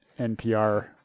NPR